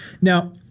Now